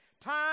Time